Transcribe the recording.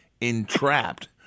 entrapped